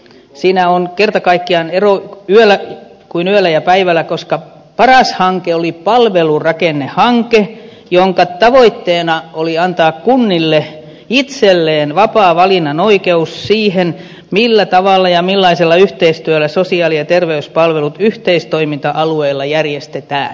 siinä on kerta kaikkiaan ero kuin yöllä ja päivällä koska paras hanke oli palvelurakennehanke jonka tavoitteena oli antaa kunnille itselleen vapaa valinnan oikeus siihen millä tavalla ja millaisella yhteistyöllä sosiaali ja terveyspalvelut yhteistoiminta alueella järjestetään